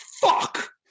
fuck